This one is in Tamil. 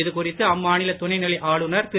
இதுகுறித்து அம்மாநில துணை நிலை ஆளுனர் திரு